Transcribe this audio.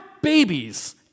babies